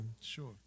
Sure